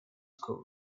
code